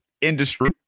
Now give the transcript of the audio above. industry